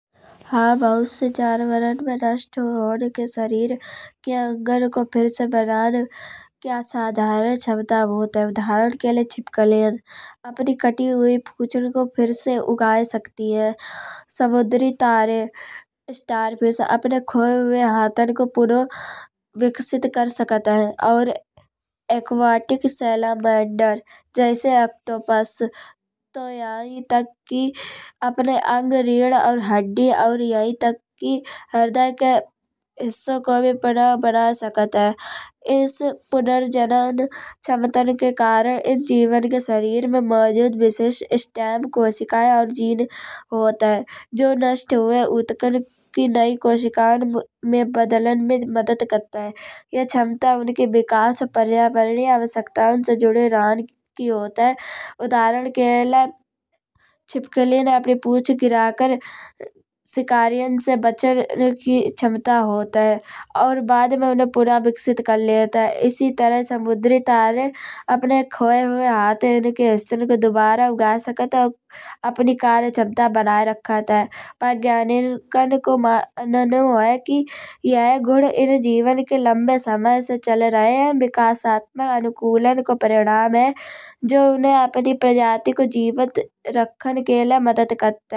हाँ बहुत से जनावरन में नष्ट होन के शरीर के अंगन को फिर से बनन के असाधारण क्षमता होत है। उदाहरण के लिए छिपकलियाँ अपनी कती हुई पूँछन को फिर से उगाए सकत हैं। समुद्री तारे स्टारफ़िश अपने खोए हुए हाथन को पनुहा विकसित कर सकत हैं। और अरकेटिक सालामैंडर जैसे ऑक्टोपस तो यही तक की अपने अंग रीड और हड्डी और यही तक की हृदय के हिस्सों को भी पुनः बना सकत हैं। इस पुनर्जनन क्षमतन के कारण एन जीवन के शरीर में मौजूद विशेष स्टेम कोशिकाएँ और जीन होत हैं। जो नष्ट हुए उत्तकान की नई कोशिकाएँ में बदलन में मदद करत हैं। यह क्षमता उनके विकास और पर्यावरणीय आवश्यकताओं से जुड़े रहन की होत हैं। उदाहरण के लय छिपकलियाँ अपनी पूँछ गिराकर शिकारियन से बचन की क्षमता होत हैं। और बाद में उन्हें पुनः विकसित कर लेत हैं। एसी तरह समुद्री तारे अपने खोए हुए हाथन के हिस्सों के दोबारा उगा सकत हैं। और अपनी कार्य क्षमता बनाए रखत हैं। पर ज्ञानिकन को मननो है कि यह गुण एन जीवन के लंबे समय से चल रहे हैं, विकासात्मक अनुकूलन को परिणाम है। जो उन्हें अपनी प्रजाति को जीवित रखन के लय मदद करत हैं।